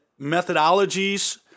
methodologies